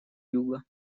юга